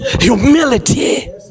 humility